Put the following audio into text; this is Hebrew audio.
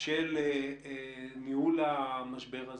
של ניהול המשבר הזה,